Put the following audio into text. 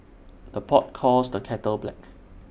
the pot calls the kettle black